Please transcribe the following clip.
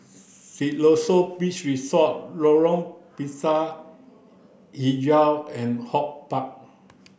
Siloso Beach Resort Lorong Pisang Hijau and HortPark